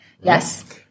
Yes